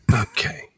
Okay